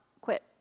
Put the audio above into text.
quit